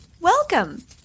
welcome